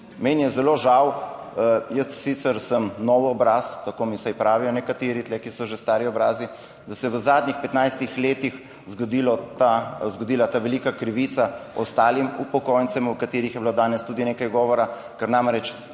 Meni je zelo žal, jaz sicer sem nov obraz, tako mi vsaj pravijo nekateri tu, ki so že stari obrazi, da se je v zadnjih 15. letih zgodilo, zgodila ta velika krivica ostalim upokojencem, o katerih je bilo danes tudi nekaj govora, ker namreč